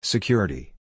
Security